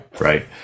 Right